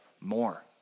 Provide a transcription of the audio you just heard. more